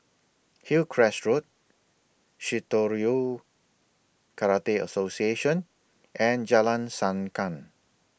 Hillcrest Road Shitoryu Karate Association and Jalan Sankam